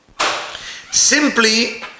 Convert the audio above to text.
simply